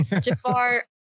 Jafar